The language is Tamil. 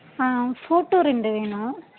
ஆ ஃபோட்டோ ரெண்டு வேணும்